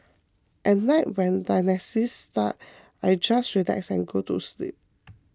at night when dialysis starts I just relax and go to sleep